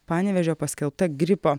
panevėžio paskelbta gripo